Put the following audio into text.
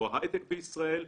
ההייטק בישראל,